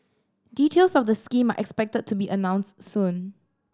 details of the scheme are expected to be announced soon